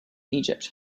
egypt